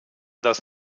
das